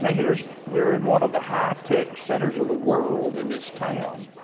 but here's we're in one of the high tech centers of the world in this town,